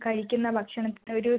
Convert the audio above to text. കഴിക്കുന്ന ഭക്ഷണത്തിന് ഒരു